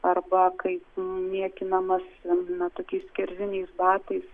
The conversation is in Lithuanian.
arba kai niekinamas na tokiais kerziniais batais